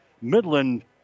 Midland